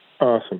Awesome